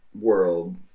world